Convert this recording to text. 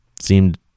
seemed